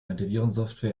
antivirensoftware